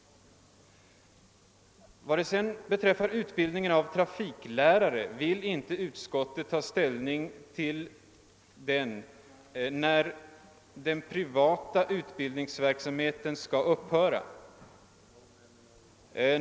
Vad sedan beträffar utbildningen av trafiklärare vill inte utskottet ta ställning till när den privata utbildningsverksamheten skall upphöra.